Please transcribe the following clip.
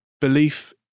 belief